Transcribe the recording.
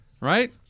Right